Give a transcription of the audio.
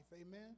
Amen